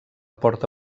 porta